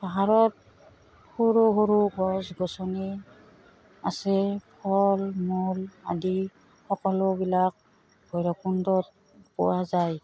পাহাৰত সৰু সৰু গছ গছনি আছে ফল মূল আদি সকলোবিলাক ভৈৰৱকুণ্ডত পোৱা যায়